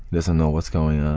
doesn't know what's going on,